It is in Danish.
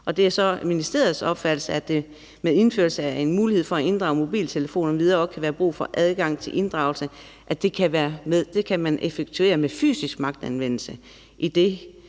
det er så ministeriets opfattelse, at der med indførelse af en mulighed for at inddrage mobiltelefoner m.v. også kan være brug for adgang til inddragelse, og at man kan effektuere det med fysisk magtanvendelse, idet